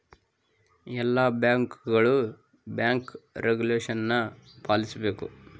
ಎಲ್ಲ ಬ್ಯಾಂಕ್ಗಳು bank regulation ಪಾಲಿಸಬೇಕು